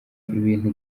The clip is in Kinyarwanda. ibintu